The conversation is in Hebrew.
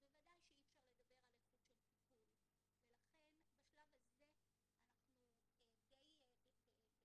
בוודאי שאי אפשר לדבר על איכות של טיפול ולכן בשלב הזה אנחנו די בצורה